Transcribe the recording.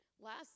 Last